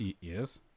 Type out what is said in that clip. Yes